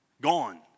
Gone